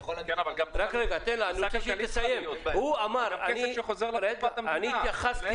זה נושא שחוזר לקופת המדינה.